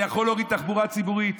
וזה יכול להוריד תחבורה ציבורית,